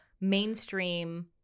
mainstream